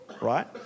right